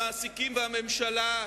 למעסיקים ולממשלה,